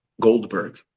Goldberg